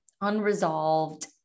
unresolved